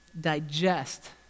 digest